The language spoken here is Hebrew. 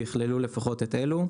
ויכללו לפחות את אלו: